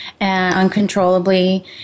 uncontrollably